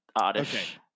Oddish